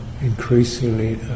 increasingly